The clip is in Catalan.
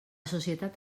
societat